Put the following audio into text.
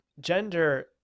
gender